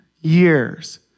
years